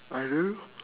I don't know